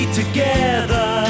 together